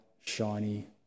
shiny